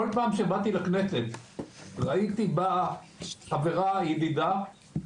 כל פעם שבאתי לכנסת ראיתי בה חברה, ידידה,